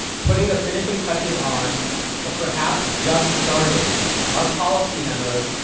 putting the finishing touches on or perhaps, just starting our policy memos,